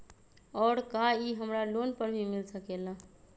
और का इ हमरा लोन पर भी मिल सकेला?